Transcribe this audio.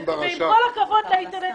עם כל הכבוד לאינטרנט,